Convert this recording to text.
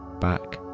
back